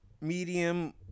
medium